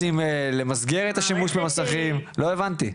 אתם רוצים למסגר את השימוש במסכים, לא הבנתי?